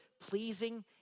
pleasing